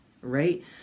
right